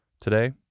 Today